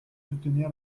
soutenir